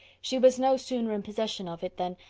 she was no sooner in possession of it than,